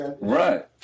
Right